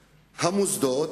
המוסדות,